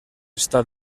està